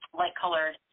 light-colored